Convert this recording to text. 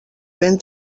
ben